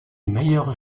meilleur